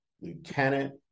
Lieutenant